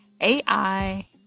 AI